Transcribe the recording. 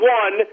one